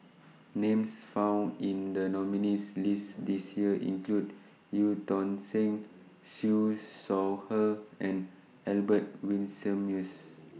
Names found in The nominees' list This Year include EU Tong Sen Siew Shaw Her and Albert Winsemius